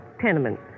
Tenement